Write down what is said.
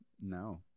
No